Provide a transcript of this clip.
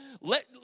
Let